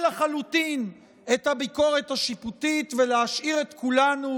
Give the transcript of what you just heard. לחלוטין את הביקורת השיפוטית ולהשאיר את כולנו